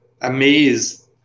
amazed